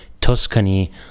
Tuscany